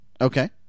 Okay